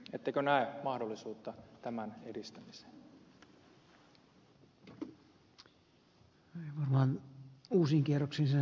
ettekö näe mahdollisuutta tämän edistämiseen